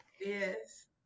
Yes